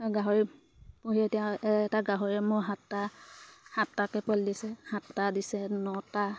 গাহৰি পুহি এতিয়া এটা গাহৰি মোৰ সাতটা সাতটাকৈ পোৱালি দিছে সাতটা দিছে নটা